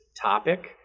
topic